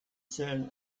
zählen